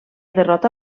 derrota